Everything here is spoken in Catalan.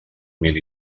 mil